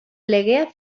legea